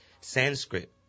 Sanskrit